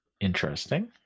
Interesting